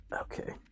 okay